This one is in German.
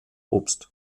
obst